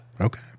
Okay